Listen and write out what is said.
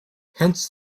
hence